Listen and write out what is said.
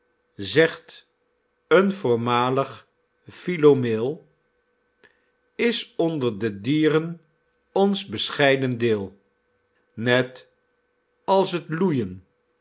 zegt een voormalig philomeel is onder de dieren ons bescheiden deel net als t loeien